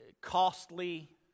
costly